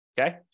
Okay